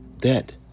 dead